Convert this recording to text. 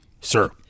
sir